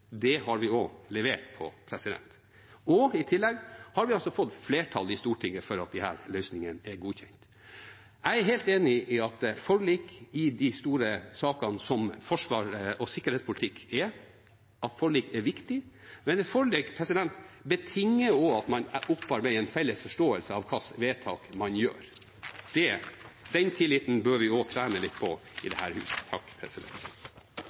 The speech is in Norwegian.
Det har vi også levert på. I tillegg har vi altså fått flertall i Stortinget for at disse løsningene er godkjent. Jeg er helt enig i at forlik i de store sakene som forsvars- og sikkerhetspolitikk er, er viktig. Men et forlik betinger også at man opparbeider en felles forståelse av hva slags vedtak man fatter. Den tilliten bør vi trene litt på i